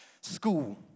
School